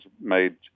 made